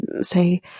say